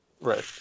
Right